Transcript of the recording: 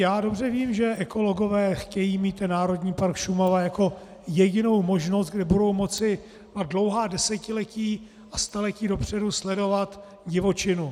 Já dobře vím, že ekologové chtějí mít Národní park Šumava jako jedinou možnost, kde budou moci na dlouhá desetiletí a staletí dopředu sledovat divočinu.